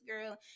girl